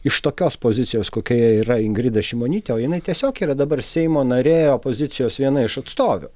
iš tokios pozicijos kokioje yra ingrida šimonytė o jinai tiesiog yra dabar seimo narė opozicijos viena iš atstovių